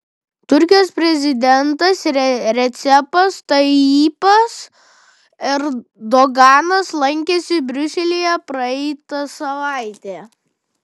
turkijos prezidentas recepas tayyipas erdoganas lankėsi briuselyje praeitą savaitę